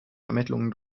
ermittlungen